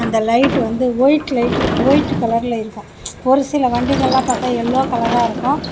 அந்த லைட்டு வந்து ஒயிட் லைட்டில் ஒயிட்டு கலரில் இருக்கும் ஒருசில வண்டிங்கள்லாம் பார்த்தா எல்லோ கலராக இருக்கும்